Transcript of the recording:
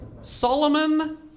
Solomon